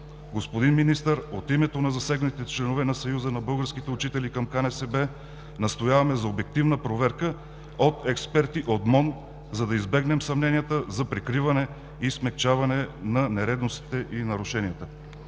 Господин Министър, от името на засегнатите членове на Съюза на българските учители към КНСБ настояваме за обективна проверка от експерти от МОН, за да избегнем съмненията за прикриване и смекчаване на нередностите и нарушенията.“